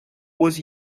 was